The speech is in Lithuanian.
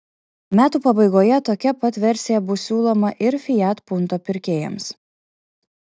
metų pabaigoje tokia pat versija bus siūloma ir fiat punto pirkėjams